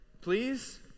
Please